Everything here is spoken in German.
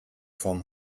vom